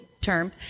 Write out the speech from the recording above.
term